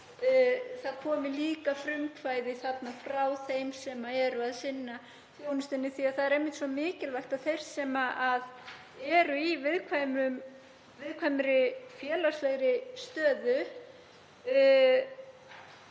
það komi líka frumkvæði frá þeim sem eru að sinna þjónustunni því það er einmitt svo mikilvægt að þeir sem eru í viðkvæmri félagslegri stöðu